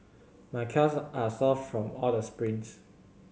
my calves are sore from all the sprints